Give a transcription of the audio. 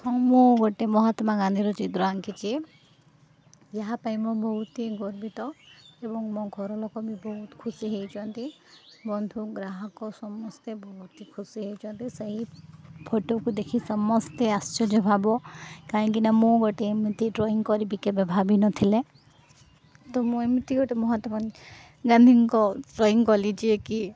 ହଁ ମୁଁ ଗୋଟେ ମହାତ୍ମା ଗାନ୍ଧୀର ଚିତ୍ର ଆଙ୍କିଚି ଯାହା ପାଇଁ ମୁଁ ବହୁତ ହି ଗର୍ବିତ ଏବଂ ମୋ ଘରଲୋକ ବି ବହୁତ ଖୁସି ହେଇଛନ୍ତି ବନ୍ଧୁ ଗ୍ରାହକ ସମସ୍ତେ ବହୁତ ଖୁସି ହେଇଚନ୍ତି ସେହି ଫଟୋକୁ ଦେଖି ସମସ୍ତେ ଆଶ୍ଚର୍ଯ୍ୟ ଭାବ କାହିଁକିନା ମୁଁ ଗୋଟେ ଏମିତି ଡ୍ରଇଂ କରିବି କେବେ ଭାବିନଥିଲେ ତ ମୁଁ ଏମିତି ଗୋଟେ ମହାତ୍ମା ଗାନ୍ଧୀଙ୍କ ଡ୍ରଇଂ କଲି ଯିଏ କି